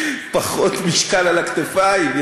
פחות משקל על הכתפיים.